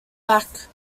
back